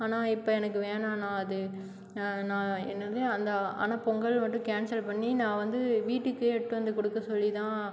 ஆனால் இப்போது எனக்கு வேணாண்ணா அது நான் என்னது அந்த ஆனால் பொங்கல் மட்டும் கேன்ஸல் பண்ணி நான் வந்து வீட்டுக்கு எடுத்துகிட்டு வந்து கொடுக்க சொல்லி தான்